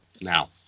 now